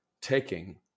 taking